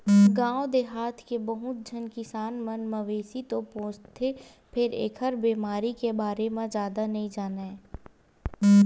गाँव देहाथ के बहुत झन किसान मन मवेशी तो पोसथे फेर एखर बेमारी के बारे म जादा नइ जानय